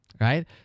Right